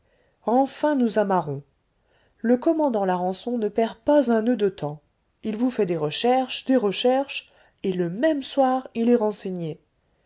enfin nous amarrons le commandant larençon ne perd pas un noeud de temps il vous fait des recherches des recherches et le même soir il est renseigné